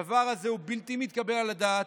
הדבר הזה הוא בלתי מתקבל על הדעת.